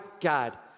God